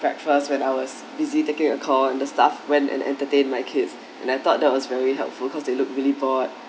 breakfast when I was busy taking a call and the staff went and entertain my kids and I thought that was very helpful cause they look really bored